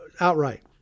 outright